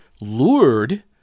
lured